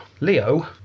leo